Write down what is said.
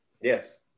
Yes